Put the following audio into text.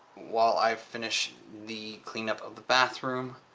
while i finish the cleanup of the bathroom.